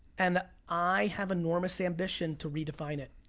and i have enormous ambition to redefine it.